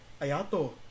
Ayato